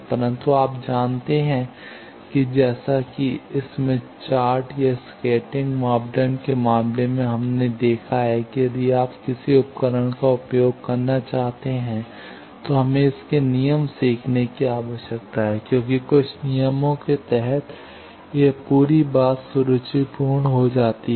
परन्तु आप जानते हैं कि जैसा कि स्मिथ चार्ट या स्कैटरिंग मापदंडों के मामले में हमने देखा है कि यदि आप किसी उपकरण का उपयोग करना चाहते हैं तो हमें इसके नियम सीखने की आवश्यकता है क्योंकि कुछ नियमों के तहत यह पूरी बात सुरुचिपूर्ण हो जाती है